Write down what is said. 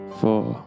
four